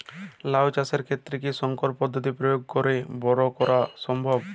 লাও চাষের ক্ষেত্রে কি সংকর পদ্ধতি প্রয়োগ করে বরো করা সম্ভব?